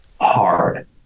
Hard